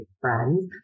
friends